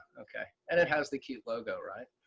okay, and it has the cute logo, right?